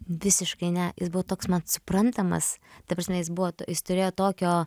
visiškai ne jis buvo toks man suprantamas ta prasme jis buvo jis turėjo tokio